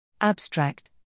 Abstract